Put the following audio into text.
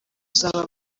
uzaba